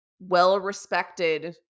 well-respected